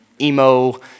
emo